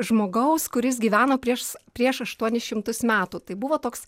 žmogaus kuris gyveno prieš prieš aštuonis šimtus metų tai buvo toks